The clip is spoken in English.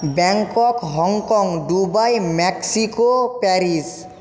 Bangkok Hong Kong Dubai Mexico Paris